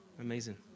Amazing